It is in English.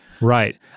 Right